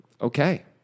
Okay